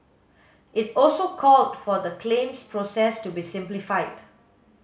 it also called for the claims process to be simplified